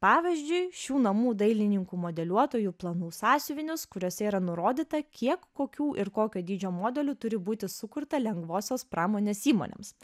pavyzdžiui šių namų dailininkų modeliuotojų planų sąsiuvinius kuriuose yra nurodyta kiek kokių ir kokio dydžio modelių turi būti sukurta lengvosios pramonės įmonėms